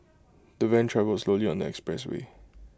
the van travelled slowly on the expressway